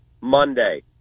Monday